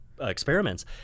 experiments